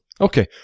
okay